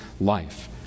life